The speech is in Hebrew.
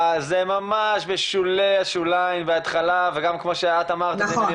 אז זה ממש בשולי השוליים בהתחלה וגם כמו שאת אמרת את זה,